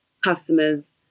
customers